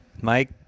mike